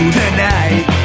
tonight